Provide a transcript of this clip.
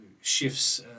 shifts